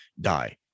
die